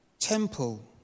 temple